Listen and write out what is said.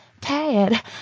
Tad